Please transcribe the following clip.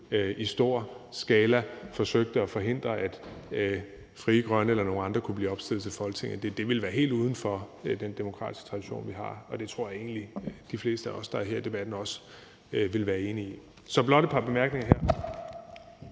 i stor skala forsøgte at forhindre, at Frie Grønne eller andre kunne blive opstillet til Folketinget. Det ville være helt uden for den demokratiske tradition, vi har. Det tror jeg egentlig også at de fleste af os her vil være enige i. Så det var blot et par bemærkninger til